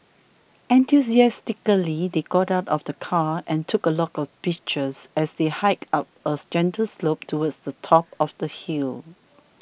enthusiastically they got out of the car and took a lot of pictures as they hiked up a gentle slope towards the top of the hill